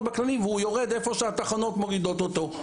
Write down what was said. בכללים והוא יורד איפה שהתחנות מורידות אותו.